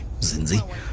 zinzi